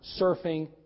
surfing